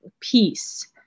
peace